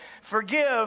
forgive